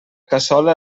cassola